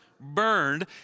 burned